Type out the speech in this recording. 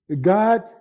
God